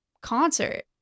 concert